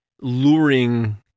luring